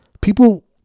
people